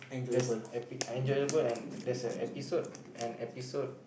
there's epi~ enjoyable and there's a episode an episode